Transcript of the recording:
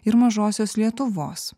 ir mažosios lietuvos